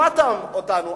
שמעת אותנו.